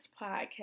podcast